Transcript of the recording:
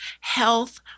health